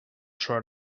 try